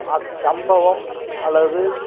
அச்சம்பவம் அல்லது